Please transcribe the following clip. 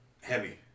Heavy